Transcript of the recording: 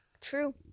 True